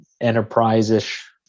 enterprise-ish